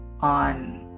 on